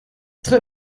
très